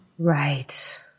Right